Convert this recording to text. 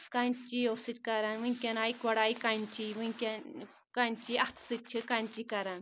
کَنچی سۭتۍ کَران وٕنکیٚن آیہِ کوڑایہِ کَنچی وٕنکؠن کَنچی اَتھ سۭتۍ چھِ کَنچی کران